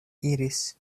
iris